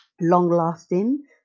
long-lasting